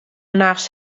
nachts